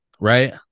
right